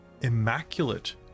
immaculate